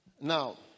Now